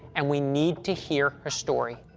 and we need to hear her story.